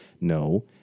No